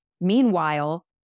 Meanwhile